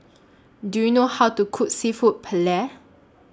Do YOU know How to Cook Seafood Paella